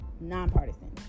nonpartisan